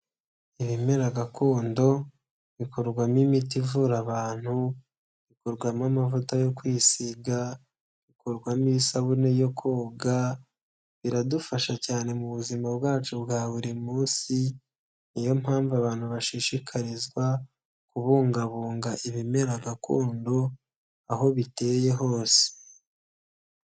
Ibimera gakondo bikorwamo imiti ivura abantu, bikurwamo amavuta yo kwisiga, bikorwamo isabune yo koga, iradufasha cyane muzima bwacu bwa buri munsi, ni yo mpamvu abantu bashishikarizwa kubungabunga ibimera gakondo aho biteye hose.